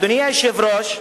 אדוני היושב-ראש,